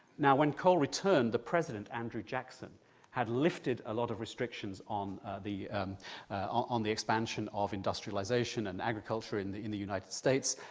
now, when cole returned, the president andrew jackson had lifted a lot of restrictions on the on the expansion of industrialisation and agriculture in the in the united states,